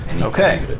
Okay